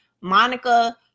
monica